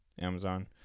Amazon